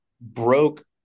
broke